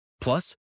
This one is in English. Plus